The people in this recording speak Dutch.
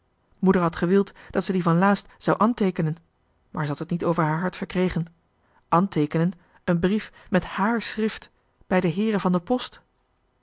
moeder had gewild dat ze die van laa'st zou anteekenen maar ze had het niet over haar hart verkregen anteekenen een brief met hààr schrift bij de heeren van de post